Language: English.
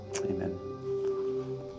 amen